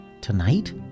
tonight